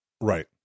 right